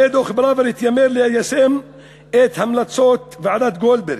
הרי דוח פראוור התיימר ליישם את המלצות ועדת גולדברג,